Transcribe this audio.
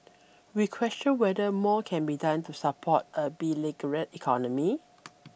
we question whether more can be done to support a beleaguered economy